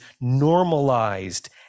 normalized